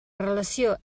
relació